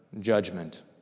judgment